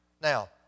Now